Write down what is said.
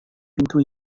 pintu